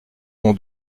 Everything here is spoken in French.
nom